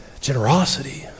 Generosity